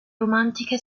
romantica